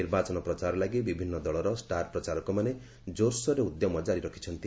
ନିର୍ବାଚନ ପ୍ରଚାର ଲାଗି ବିଭିନ୍ନ ଦଳର ଷ୍ଟାର ପ୍ରଚାରକ ମାନେ ଜୋରସୋରରେ ଉଦ୍ୟମ ଜାରି ରଖିଛନ୍ତି